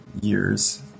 years